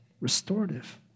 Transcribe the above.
restorative